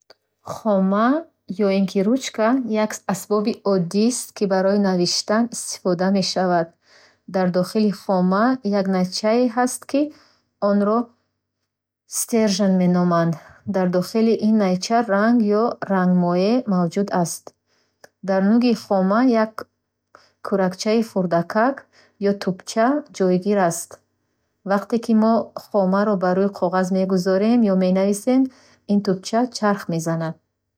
Хома ё ин ки ручка як асбоби оддист, ки барои навиштан истифода мешавад. Дар дохили хома як найчае ҳаст, ки онро стержен меноманд. Дар дохили ин найча ранг ё рангмоеъ мавҷуд аст. Дар нӯги хома як куракчаи хурдакак ё тӯбча ҷойгир аст. Вақте ки мо қаламро ба рӯи қоғаз мегузорем ва менависем, ин тӯбча чарх мезанад.